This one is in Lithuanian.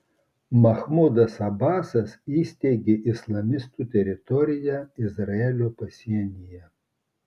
mahmudas abasas įsteigė islamistų teritoriją izraelio pasienyje